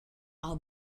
our